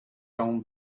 own